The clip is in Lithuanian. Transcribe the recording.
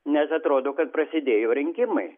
nes atrodo kad prasidėjo rinkimai